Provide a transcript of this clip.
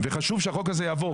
וחשוב מאוד שהחוק הזה יעבור,